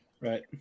Right